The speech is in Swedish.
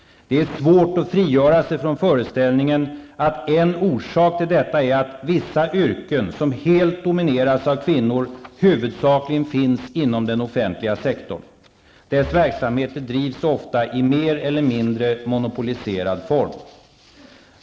Det är svårt att frigöra sig från föreställningen att en orsak till detta är att vissa yrken, som helt domineras av kvinnor, huvudsakligen finns inom den offentliga sektorn. Dess verksamheter drivs ofta i mer eller mindre monopoliserad form.